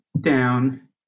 down